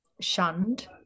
shunned